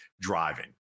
driving